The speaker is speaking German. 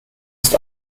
ist